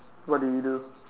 what do you do